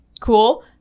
cool